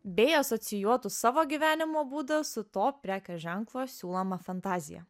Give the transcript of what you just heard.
bei asocijuotų savo gyvenimo būdą su to prekės ženklo siūloma fantazija